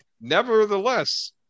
nevertheless